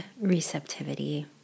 receptivity